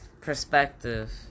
perspective